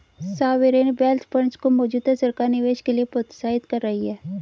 sovereign wealth funds को मौजूदा सरकार निवेश के लिए प्रोत्साहित कर रही है